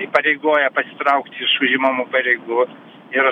įpareigoja pasitraukt iš užimamų pareigų ir